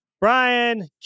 Brian